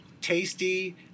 tasty